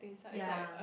ya